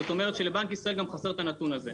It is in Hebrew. זאת אומרת, לבנק ישראל אין את הנתון הזה.